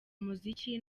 muziki